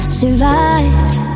survived